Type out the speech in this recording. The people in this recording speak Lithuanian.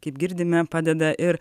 kaip girdime padeda ir